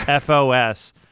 fos